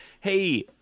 hey